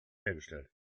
hergestellt